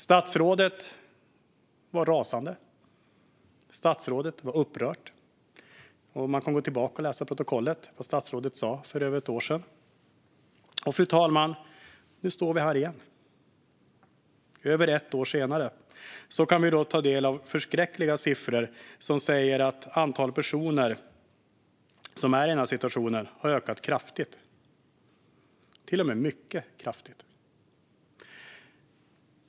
Statsrådet var rasande och upprörd. Man kan gå tillbaka och läsa protokollet och se vad statsrådet sa för över ett år sedan. Nu står vi här igen, fru talman. Vi kan ta del av förskräckliga siffror som säger att antalet personer som är i den här situationen har ökat kraftigt, till och med mycket kraftigt.